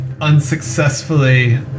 unsuccessfully